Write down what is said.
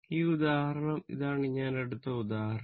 ഈ ഉദാഹരണം ഇതാണ് ഞാൻ എടുത്ത ഉദാഹരണം